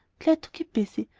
glad to keep busy,